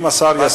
אם השר יסכים,